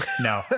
No